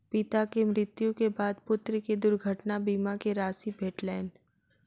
पिता के मृत्यु के बाद पुत्र के दुर्घटना बीमा के राशि भेटलैन